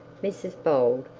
mrs bold,